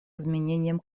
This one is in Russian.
изменением